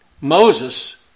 Moses